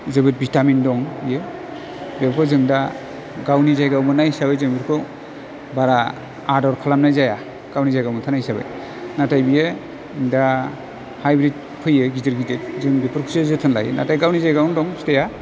जोबोद भिटामिन दं बियो बेवबो जों दा गावनि जायगायाव मोननाय हिसाबै जों बेखौ बारा आदर खालामनाय जाया गावनि जायगायाव मोनखानाय हिसाबै नाथाय बियो दा हाइब्रिद फैयो गिदिर गिदिर जों बेफोरखौसो जोथोन लायो नाथाय गावनि जायगायावनो दं फिथाइआ